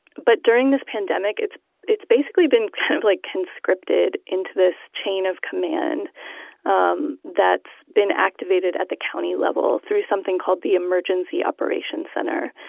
but during this pandemic, it's it's basically been kind of like conscripted into this chain of command um that's been activated at the county level through something called the emergency operations center.